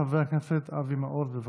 חבר הכנסת אבי מעוז, בבקשה.